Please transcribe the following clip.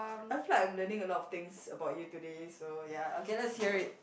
I feel like I'm learning a lot of things about you today so ya okay let's hear it